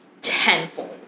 tenfold